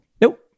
Nope